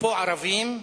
אפרופו ערבים,